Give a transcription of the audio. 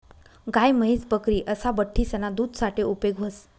गाय, म्हैस, बकरी असा बठ्ठीसना दूध साठे उपेग व्हस